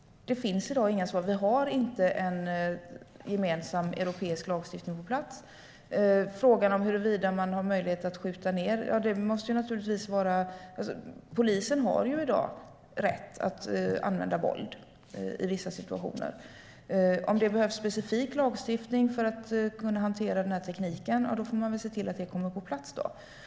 Det finns i dag inga svar. Vi har inte någon gemensam europeisk lagstiftning på plats. Interpellanten frågade om möjligheten att skjuta ned. Polisen har i dag rätt att använda våld i vissa situationer. Om det behövs specifik lagstiftning för att hantera tekniken får vi väl se till att den kommer på plats.